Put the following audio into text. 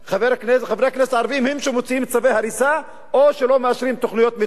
חברי הכנסת הערבים הם שמוציאים צווי הריסה או שלא מאשרים תוכניות מיתאר.